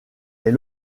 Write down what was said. est